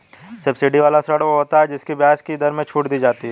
subsidy वाला ऋण वो होता है जिसकी ब्याज की दर में छूट दी जाती है